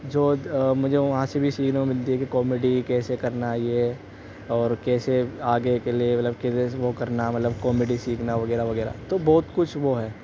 جو مجھے وہاں سے بھی سیکھنے کو ملتی ہے کہ کامیڈی کیسے کرنا ہے یہ اور کیسے آگے کے لیے مطلب کیسے وہ کرنا مطلب کامیڈی سیکھنا وغیرہ وغیرہ تو بہت کچھ وہ ہے